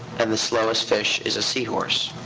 and the slowest fish is a seahorse.